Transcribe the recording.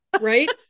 right